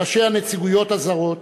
ראשי הנציגויות הזרות,